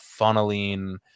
funneling